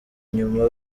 nyuma